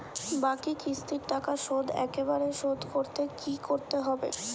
বাকি কিস্তির টাকা শোধ একবারে শোধ করতে কি করতে হবে?